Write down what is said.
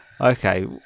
okay